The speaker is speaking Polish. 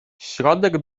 środek